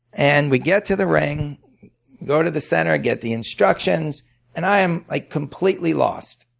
and we get to the ring go to the center, get the instructions and i am like completely lost.